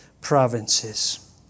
provinces